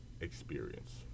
experience